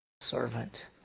servant